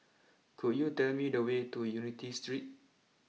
could you tell me the way to Unity Street